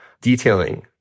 detailing